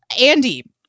Andy